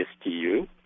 STU